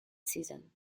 season